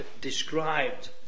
described